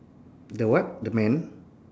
the what the man